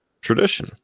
tradition